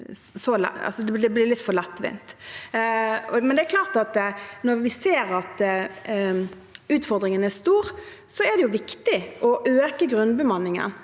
blir litt for lettvint. Når vi ser at utfordringen er stor, er det viktig å øke grunnbemanningen